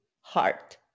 heart